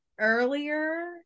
earlier